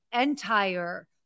entire